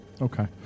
Okay